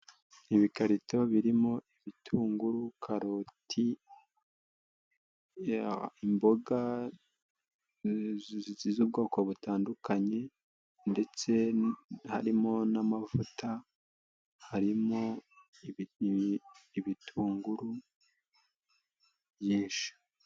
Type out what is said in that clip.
Ibikarito birimo ibitunguru, karoti, imboga z'ubwoko butandukanye ndetse harimo n'amavuta, harimo ibitunguru byinshi.